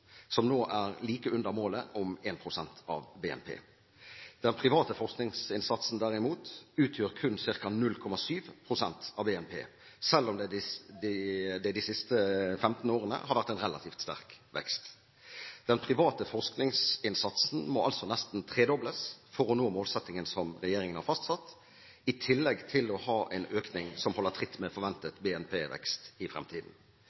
som nå er like under målet om 1 pst. av BNP. Den private forskningsinnsatsen derimot utgjør kun ca. 0,7 pst. av BNP, selv om det de siste 15 årene har vært en relativt sterk vekst. Den private forskningsinnsatsen må altså nesten tredobles for å nå målsettingen som regjeringen har fastsatt, i tillegg til å ha en økning som holder tritt med forventet BNP-vekst i fremtiden.